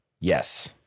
Yes